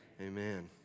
amen